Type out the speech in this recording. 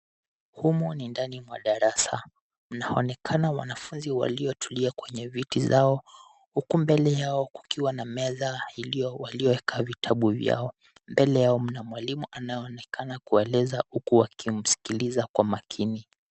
Humu ni ndani mwa darasa. Inaonekana wanafunzi waliotulia kwenye viti zao huku mbele yao kukiwa na meza waliyoweka vitabu vyao. Mbele yao mna mwalimu anayeonekana kuwaeleza huku wakimskiliza kwa makini.